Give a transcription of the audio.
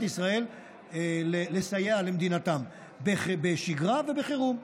ישראל לסייע למדינתם בשגרה ובחירום.